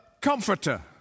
Comforter